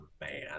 man